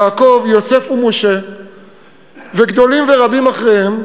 יעקב, יוסף ומשה וגדולים ורבים אחריהם,